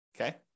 Okay